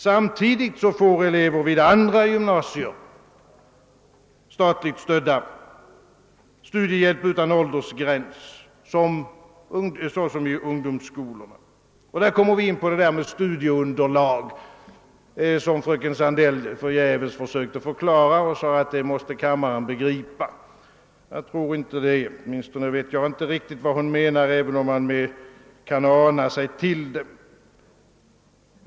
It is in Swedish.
Samtidigt får elever vid andra, statligt stödda gymnasier studiehjälp utan åldersgräns såsom i ungdomsskolorna. Därmed kommer jag in på begreppet studieunderlag, som fröken Sandell förgäves sökte förklara men som hon trodde kammaren förstod. Jag tror inte det; åtminstone förstod inte jag vad hon menade även om jag kunde ana mig till det.